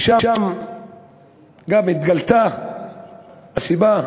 ושם גם התגלתה הסיבה,